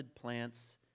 plants